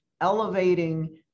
elevating